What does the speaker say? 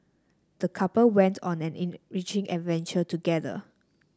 the couple went on an enriching adventure together